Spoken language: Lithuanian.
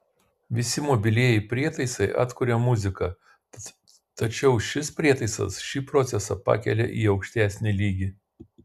visi mobilieji prietaisai atkuria muziką tačiau šis prietaisas šį procesą pakelia į aukštesnį lygį